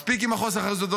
מספיק עם חוסר האחריות הזה.